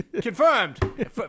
Confirmed